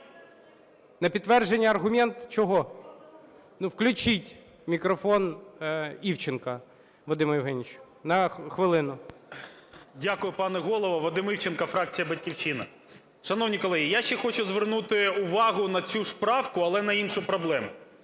На підтвердження, аргумент, чого? Включіть мікрофон Івченку Вадиму Євгеновичу, хвилину. 13:48:33 ІВЧЕНКО В.Є. Дякую, пане Голово. Вадим Івченко, фракція "Батьківщина". Шановні колеги, я ще хочу звернути увагу на цю ж правку, але на іншу проблему.